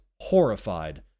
horrified